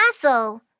castle